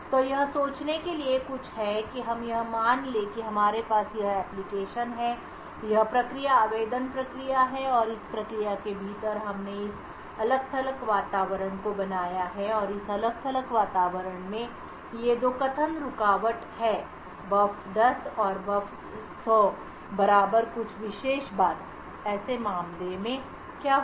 तो यह सोचने के लिए कुछ है कि हम यह मान लें कि हमारे पास यह एप्लिकेशन है यह प्रक्रिया आवेदन प्रक्रिया है और इस प्रक्रिया के भीतर हमने इस अलग थलग वातावरण को बनाया है और इस अलग थलग वातावरण में ये दो कथन रुकावट हैं buf 10 और buf 100 बराबर कुछ विशेष बात ऐसे मामले में क्या होगा